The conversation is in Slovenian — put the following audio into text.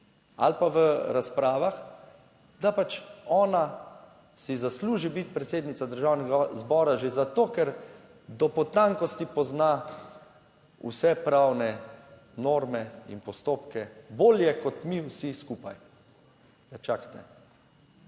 ali pa v razpravah, da pač ona si zasluži biti predsednica Državnega zbora že zato, ker do potankosti pozna vse pravne norme in postopke bolje kot mi vsi skupaj. Pa čakajte!